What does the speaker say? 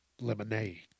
lemonade